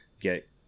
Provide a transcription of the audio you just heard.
get